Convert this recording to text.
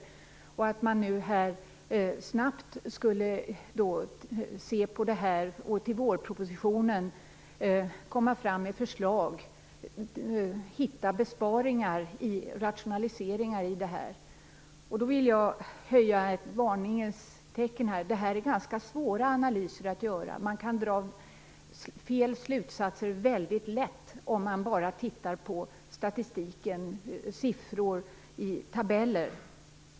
Hon sade att man snabbt skulle se på det här och i vårpropositionen komma med förslag, för att hitta besparingar i rationaliseringar. Då vill jag höja ett varningens finger. Det är ganska svåra analyser att göra. Man kan väldigt lätt dra fel slutsatser om man bara tittar på statistik och siffror i tabeller.